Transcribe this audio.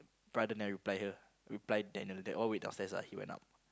brother never reply her reply Daniel they all wait downstairs ah he went up